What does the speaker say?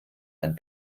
ein